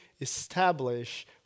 establish